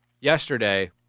yesterday